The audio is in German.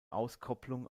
auskopplung